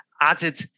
added